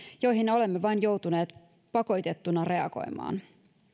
joihin olemme vain joutuneet pakotettuina reagoimaan